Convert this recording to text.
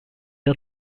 der